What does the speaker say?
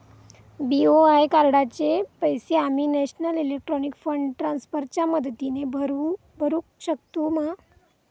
BOI कार्डाचे पैसे आम्ही नेशनल इलेक्ट्रॉनिक फंड ट्रान्स्फर च्या मदतीने भरुक शकतू मा?